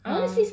ya